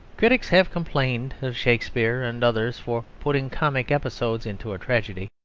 critics have complained of shakespeare and others for putting comic episodes into a tragedy.